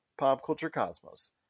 PopCultureCosmos